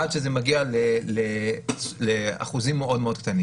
עד שזה מגיע לאחוזים מאוד נמוכים.